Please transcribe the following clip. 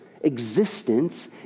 existence